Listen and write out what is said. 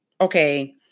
okay